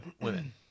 women